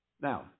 Now